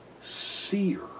seer